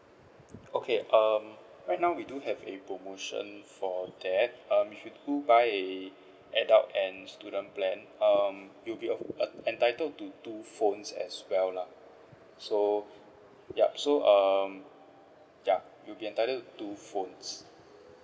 okay um right now we do have a promotion for that um if you buy adult and student plan um you'd be uh entitled to two phones as well lah so yup so um yup you'll be entitled two phones